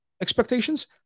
expectations